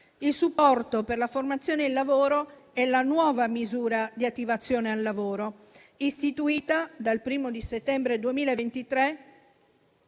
Il supporto per la formazione e il lavoro è la nuova misura di attivazione al lavoro, istituita dal 1° settembre 2023